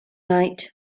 night